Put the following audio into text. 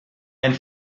and